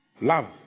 Love